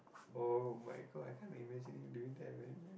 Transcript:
oh-my-god I can't imagine him doing that man